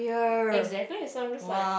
exactly so I'm just like